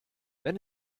wenn